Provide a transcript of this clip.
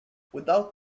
without